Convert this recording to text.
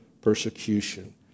persecution